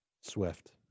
Swift